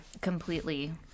completely